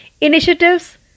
Initiatives